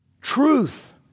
Truth